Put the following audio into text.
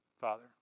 Father